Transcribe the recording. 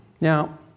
Now